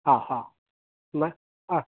ആ ഹാ പിന്നെ ആ